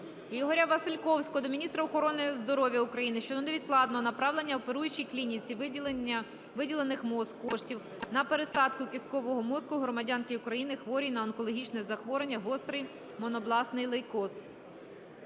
Ігоря Васильковського до міністра охорони здоров'я України щодо невідкладного направлення оперуючій клініці виділених МОЗ коштів на пересадку кісткового мозку громадянки України, хворій на онкологічне захворювання гострий монобластний лейкоз.